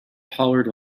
hollered